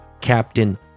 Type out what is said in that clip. Captain